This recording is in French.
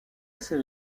assez